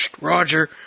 Roger